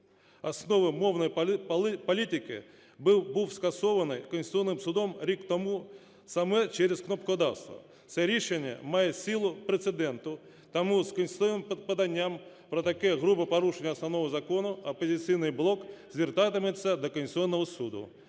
основи мовної політики був скасований Конституційним Судом рік тому саме через кнопкодавство. Це рішення має силу прецеденту, тому з конституційним поданням про таке грубе порушення Основного Закону "Опозиційний блок" звертатиметься до Конституційного Суду.